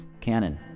canon